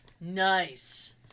Nice